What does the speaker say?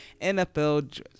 NFL